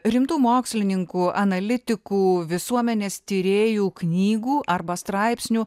rimtų mokslininkų analitikų visuomenės tyrėjų knygų arba straipsnių